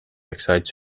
excite